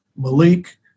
Malik